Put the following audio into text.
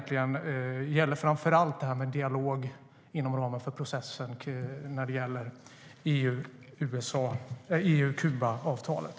Frågan gäller framför allt dialog inom ramen för processen med EU-Kuba-avtalet.